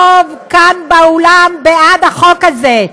הרוב כאן, באולם, בעד החוק הזה.